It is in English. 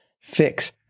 fix